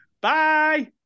Bye